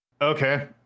okay